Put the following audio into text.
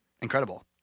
Incredible